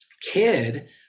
kid